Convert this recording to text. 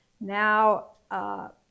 now